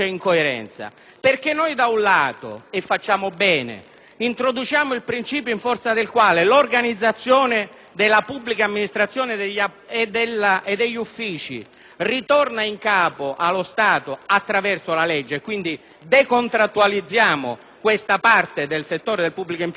-introduciamo il principio in forza del quale l'organizzazione della pubblica amministrazione e degli uffici ritorna in capo allo Stato attraverso la legge e, quindi, decontrattualizziamo questa parte del settore del pubblico impiego, cosa importante di cui va dato atto al ministro Brunetta.